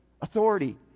Authority